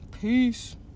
Peace